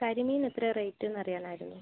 കരിമീന് എത്രയാ റേറ്റ് എന്ന് അറിയാനായിരുന്നു